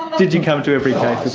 did you come to every case